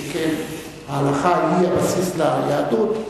שכן ההלכה היא הבסיס ליהדות,